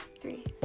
three